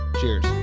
Cheers